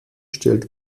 stellt